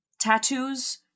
tattoos